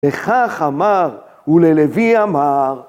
‫וכך אמר, וללוי אמר,